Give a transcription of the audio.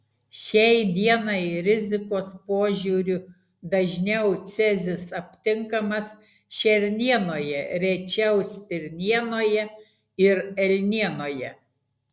šiai dienai rizikos požiūriu dažniau cezis aptinkamas šernienoje rečiau stirnienoje ir elnienoje